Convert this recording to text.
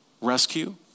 rescue